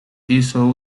hizo